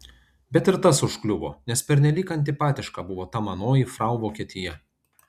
bet ir tas užkliuvo nes pernelyg antipatiška buvo ta manoji frau vokietija